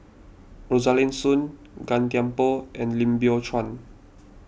Rosaline Soon Gan Thiam Poh and Lim Biow Chuan